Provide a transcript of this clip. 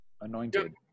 Anointed